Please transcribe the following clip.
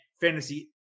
fantasy